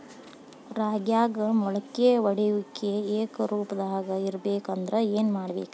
ರಾಗ್ಯಾಗ ಮೊಳಕೆ ಒಡೆಯುವಿಕೆ ಏಕರೂಪದಾಗ ಇರಬೇಕ ಅಂದ್ರ ಏನು ಮಾಡಬೇಕ್ರಿ?